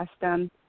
custom